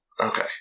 Okay